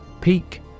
Peak